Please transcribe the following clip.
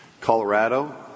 Colorado